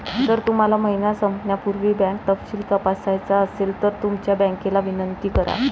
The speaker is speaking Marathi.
जर तुम्हाला महिना संपण्यापूर्वी बँक तपशील तपासायचा असेल तर तुमच्या बँकेला विनंती करा